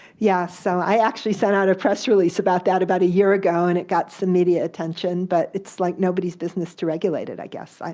yeah so i actually sent out a press release about that about a year ago, and it got some media attention, but it's like nobody's business to regulate it, i guess.